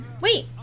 wait